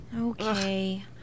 Okay